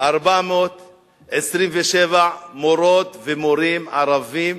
13,427 מורות ומורים ערבים